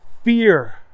Fear